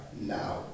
now